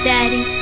Daddy